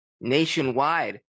nationwide